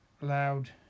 loud